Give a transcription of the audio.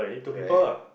correct